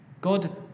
God